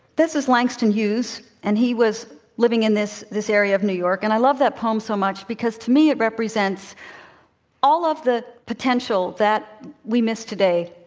this is langston hughes, and he was living in this this area of new york, and i love that poem so much because to me at representing all of the potential that we miss today.